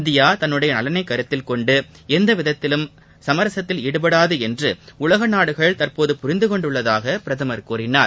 India தன்னுடைய நலனைக் கருத்தில் கொண்டு எந்தவிதத்திலும் சுமரசத்தில் ஈடுபடாது என்று உலக நாடுகள் தற்போது புரிந்துகொண்டுள்ளதாக கூறினார்